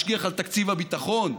משגיח על תקציב הביטחון,